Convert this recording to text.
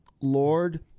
Lord